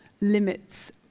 limits